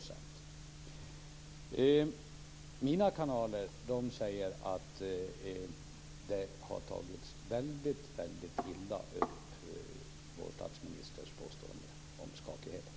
Mina kanaler säger att vår statsministers påstående om skakigheter har tagits väldigt illa upp.